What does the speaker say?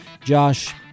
Josh